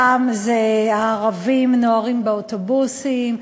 פעם זה "הערבים נוהרים באוטובוסים",